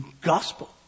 gospel